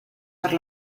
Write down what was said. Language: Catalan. per